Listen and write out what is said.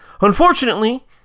Unfortunately